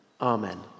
amen